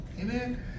Amen